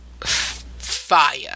fire